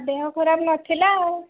sir ଦେହ ଖରାପ ନ ଥିଲା ଆଉ